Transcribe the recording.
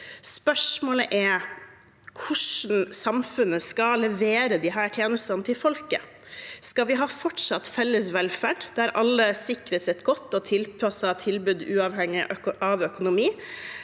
Spørsmålet er hvordan samfunnet skal levere disse tjenestene til folket. Skal vi fortsatt ha felles velferd, der alle sikres et godt og tilpasset tilbud uavhengig av økonomi,